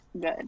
good